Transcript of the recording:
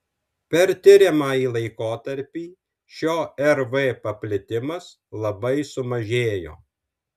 per tiriamąjį laikotarpį šio rv paplitimas labai sumažėjo